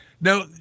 Now